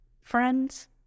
friends